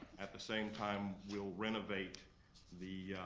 at the same time, we'll renovate the,